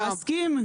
אני מסכים.